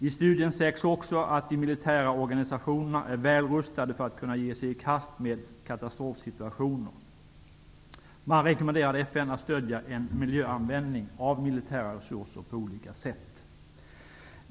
I studien sägs att de militära organisationerna är väl rustade för att ge sig i kast med katastrofsituationer. Man rekommenderade FN att stödja en miljöanvändning av militära resurser på olika sätt.